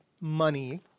money